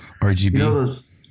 RGB